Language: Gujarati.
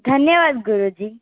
ધન્યવાદ ગુરુજી